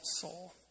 soul